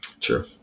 true